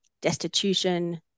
destitution